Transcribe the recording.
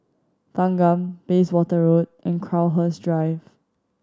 Thanggam Bayswater Road and Crowhurst Drive